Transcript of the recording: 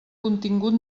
contingut